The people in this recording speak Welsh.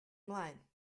ymlaen